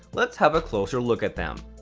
let's have a closer look at them.